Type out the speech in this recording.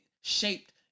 shaped